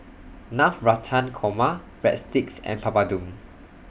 Navratan Korma Breadsticks and Papadum